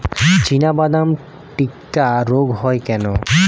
চিনাবাদাম টিক্কা রোগ হয় কেন?